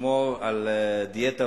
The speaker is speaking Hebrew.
לשמור על דיאטה,